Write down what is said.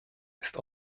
ist